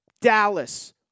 Dallas